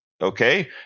okay